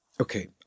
Okay